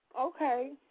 Okay